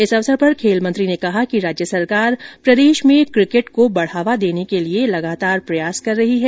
इस अवसर पर खेल मंत्री ने कहा कि राज्य सरकार प्रदेश में क्रिकेट को बढ़ावा देने के लिए प्रयास कर रही है